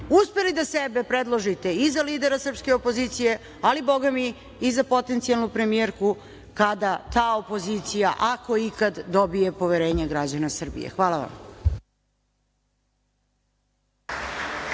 uspeli da sebe predložite i za lidera srpske opozicije, ali bogami, i za potencijalnu premijerku kada ta opozicija, ako ikad, dobije poverenje građana Srbije. Hvala vam.